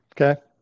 Okay